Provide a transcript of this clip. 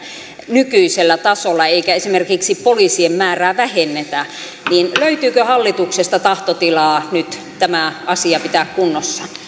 nykyisellä tasolla eikä esimerkiksi poliisien määrää vähennetä kysyn löytyykö hallituksesta tahtotilaa nyt tämä asia pitää kunnossa